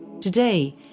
Today